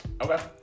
okay